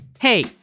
Hey